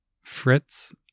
Fritz